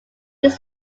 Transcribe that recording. use